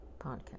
podcast